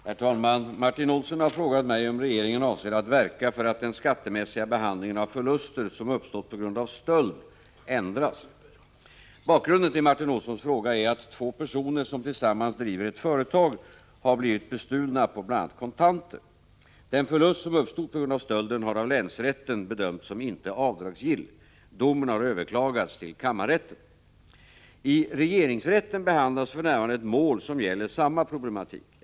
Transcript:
Herr talman! Martin Olsson har frågat mig om regeringen avser att verka för att den skattemässiga behandlingen av förluster som uppstått på grund av stöld ändras. Bakgrunden till Martin Olssons fråga är att två personer som tillsammans driver ett företag har blivit bestulna på bl.a. kontanter. Den förlust som uppstod på grund av stölden har av länsrätten bedömts som inte avdragsgill. Domen har överklagats till kammarrätten. I regeringsrätten behandlas för närvarande ett mål som gäller samma problematik.